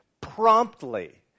promptly